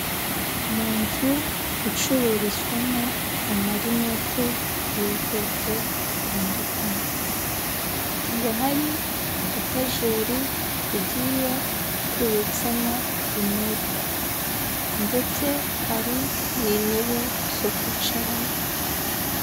Mu nzu icururizwamo amarinete y'ubwoko butandukanye, hakaba hari udutajeri tugiye tubitsemo rinete ndetse hari n'intebe zo kwicaramo.